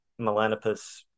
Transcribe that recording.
Melanopus